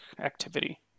activity